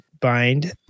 bind